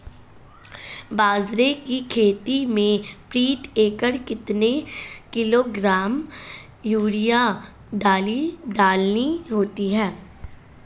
बाजरे की खेती में प्रति एकड़ कितने किलोग्राम यूरिया डालनी होती है?